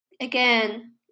again